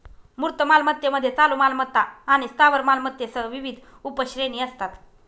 मूर्त मालमत्तेमध्ये चालू मालमत्ता आणि स्थावर मालमत्तेसह विविध उपश्रेणी असतात